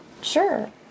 Sure